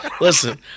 listen